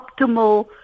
optimal